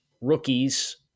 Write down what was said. rookies